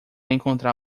encontrar